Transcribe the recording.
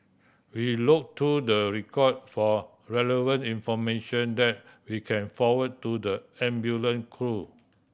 we look through the record for relevant information that we can forward to the ambulance crew